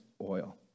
oil